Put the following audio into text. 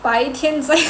白天